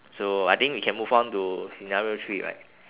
so I think we can move on to scenario three right